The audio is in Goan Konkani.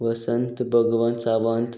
वसंत भगवंत सावंत